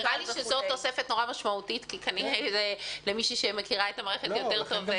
נראה לי שזה תוספת משמעותית מאוד על ידי מי שמכירה את המערכת טוב יותר.